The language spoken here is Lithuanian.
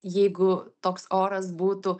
jeigu toks oras būtų